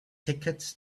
tickets